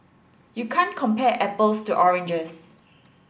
you can't compare apples to oranges